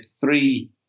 three